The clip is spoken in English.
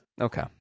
Okay